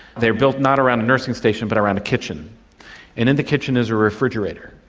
they are built not around a nursing station but around a kitchen. and in the kitchen is a refrigerator,